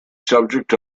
subject